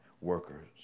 workers